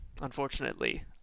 Unfortunately